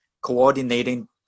coordinating